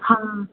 हा